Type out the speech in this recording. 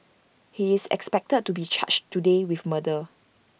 he is expected to be charged today with murder